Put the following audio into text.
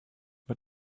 but